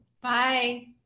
Bye